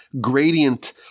gradient